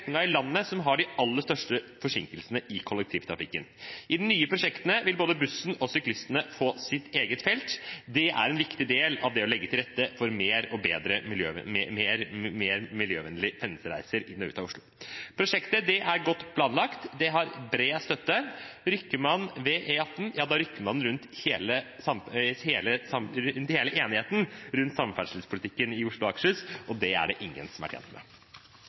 strekningen i landet som har de aller største forsinkelsene i kollektivtrafikken. I de nye prosjektene vil både bussen og syklistene få sitt eget felt. Det er en viktig del av det å legge til rette for mer miljøvennlige pendlerreiser inn og ut av Oslo. Prosjektet er godt planlagt, det har bred støtte. Rokker man ved E18, rokker man ved hele enigheten om samferdselspolitikken i Oslo og Akershus, og det er det ingen som er tjent med.